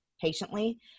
patiently